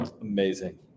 Amazing